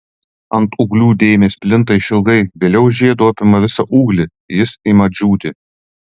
ant ūglių dėmės plinta išilgai vėliau žiedu apima visą ūglį jis ima džiūti